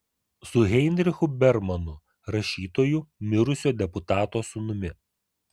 su heinrichu bermanu rašytoju mirusio deputato sūnumi